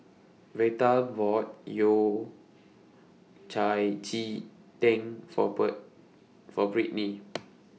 Veta bought Yao Cai Ji Tang For For Brittney